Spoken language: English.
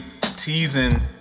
teasing